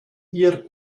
ihr